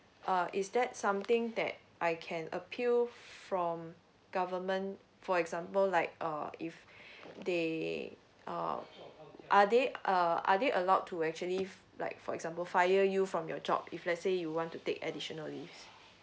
uh is that something that I can appeal from government for example like uh if they uh are they uh are they allowed to actually if like for example fire you from your job if let's say you want to take additional leave